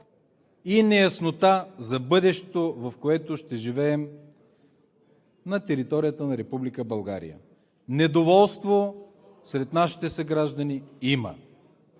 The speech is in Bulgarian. и неяснота за бъдещето, в което ще живеем, на територията на Република България. Недоволство сред нашите съграждани има